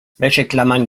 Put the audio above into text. wäscheklammern